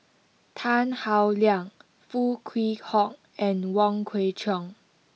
Tan Howe Liang Foo Kwee Horng and Wong Kwei Cheong